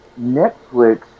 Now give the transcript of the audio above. Netflix